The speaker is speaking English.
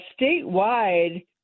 statewide